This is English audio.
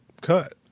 cut